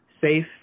safe